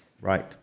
Right